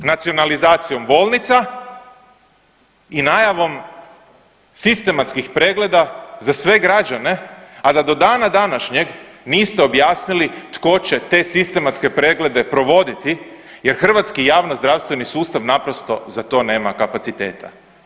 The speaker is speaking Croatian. Nacionalizacijom bolnica i najavom sistematskih pregleda za sve građane, a da do dana današnjeg niste objasnili tko će te sistematske preglede provoditi jer hrvatski javnozdravstveni sustav naprosto za to nema kapaciteta.